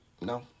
No